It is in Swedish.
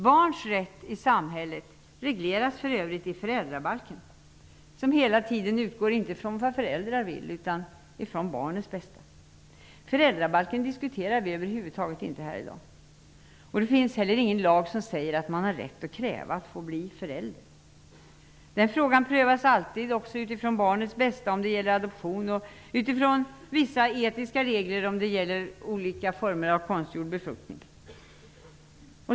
Barns rätt i samhället regleras för övrigt i föräldrabalken, som hela tiden utgår från barnens bästa, inte från vad föräldrarna vill. Föräldrabalken diskuteras över huvud taget inte här i dag. Det finns heller ingen lag som säger att man har rätt att kräva att få bli förälder. Den frågan prövas alltid utifrån barnets bästa om det gäller adoption och utifrån vissa etiska regler om det gäller olika former av konstgjord befruktning.